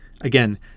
Again